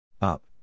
Up